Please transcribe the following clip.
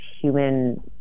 human